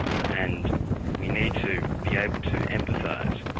and we need to be able to empathise